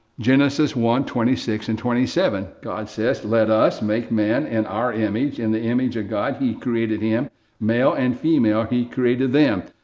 genesis one twenty six and twenty seven. god says, let us make man in and our image. in the image of god, he created him male and female he created them.